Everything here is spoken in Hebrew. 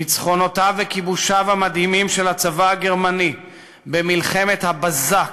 ניצחונותיו וכיבושיו המדהימים של הצבא הגרמני במלחמת הבזק,